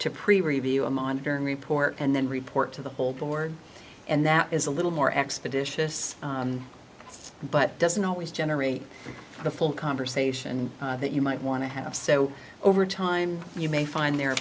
to pre review a monitoring report and then report to the whole board and that is a little more expeditious but doesn't always generate the full conversation that you might want to have so over time you may find the